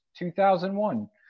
2001